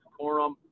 Corum